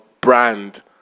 brand